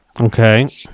Okay